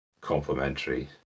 complementary